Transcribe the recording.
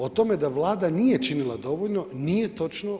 O tome da Vlada nije činila dovoljno, nije točno.